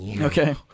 Okay